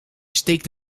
steekt